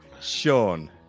sean